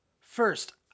first